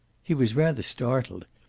he was rather startled.